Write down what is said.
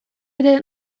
ere